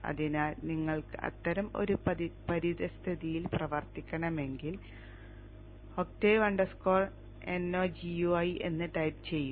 അതിനാൽ നിങ്ങൾക്ക് അത്തരം ഒരു പരിതസ്ഥിതിയിൽ പ്രവർത്തിക്കണമെങ്കിൽ octave no gui എന്ന് ടൈപ്പ് ചെയ്യുക